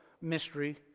mystery